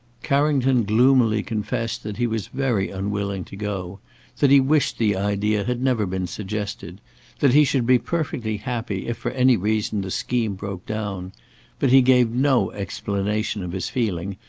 carrington gloomily confessed that he was very unwilling to go that he wished the idea had never been suggested that he should be perfectly happy if for any reason the scheme broke down but he gave no explanation of his feeling,